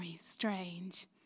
strange